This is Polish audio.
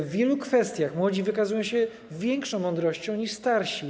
W wielu kwestiach młodzi wykazują się większą mądrością niż starsi.